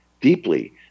deeply